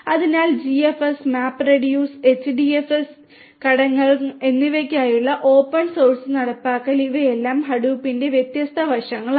അതിനാൽ GFS MapReduce MapReduce HDFS ഘടകങ്ങൾ എന്നിവയ്ക്കായുള്ള ഓപ്പൺ സോഴ്സ് നടപ്പാക്കൽ ഇവയെല്ലാം ഹഡൂപ്പിന്റെ വ്യത്യസ്ത വശങ്ങളാണ്